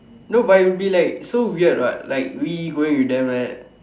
no but it would be like so weird what like we going with them like that